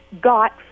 got